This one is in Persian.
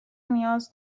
نیاز